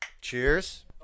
Cheers